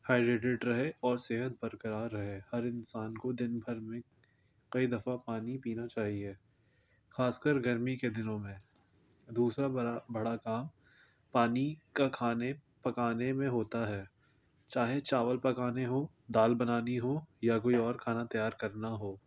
hydrated رہے اور صحت برقرار رہے ہر انسان کو دن بھر میں کئی دفعہ پانی پینا چاہیے خاص کر گرمی کے دنوں میں دوسرا برا بڑا کام پانی کا کھانے پکانے میں ہوتا ہے چاہے چاول پکانے ہو دال بنانی ہو یا کوئی اور کھانا تیار کرنا ہو